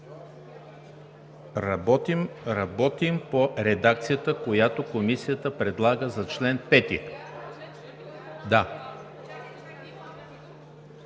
Работим по редакцията, която Комисията предлага за чл. 5.